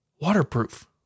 waterproof